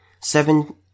seven